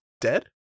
dead